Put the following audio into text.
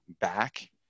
back